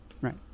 Right